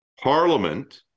parliament